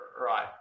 Right